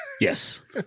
Yes